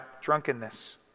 drunkenness